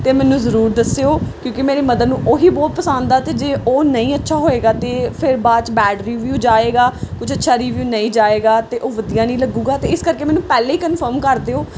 ਤਾਂ ਮੈਨੂੰ ਜ਼ਰੂਰ ਦੱਸਿਓ ਕਿਉਂਕਿ ਮੇਰੀ ਮਦਰ ਨੂੰ ਉਹੀ ਬਹੁਤ ਪਸੰਦ ਆ ਅਤੇ ਜੇ ਉਹ ਨਹੀਂ ਅੱਛਾ ਹੋਏਗਾ ਤਾਂ ਫਿਰ ਬਾਅਦ 'ਚ ਬੈਡ ਰੀਵਿਊ ਜਾਏਗਾ ਕੁਝ ਅੱਛਾ ਰਿਵਿਊ ਨਹੀਂ ਜਾਏਗਾ ਤਾਂ ਉਹ ਵਧੀਆ ਨਹੀਂ ਲੱਗੂਗਾ ਅਤੇ ਇਸ ਕਰਕੇ ਮੈਨੂੰ ਪਹਿਲਾਂ ਹੀ ਕਨਫਰਮ ਕਰ ਦਿਓ